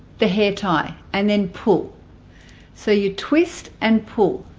the hair tie and then pull so you twist and pull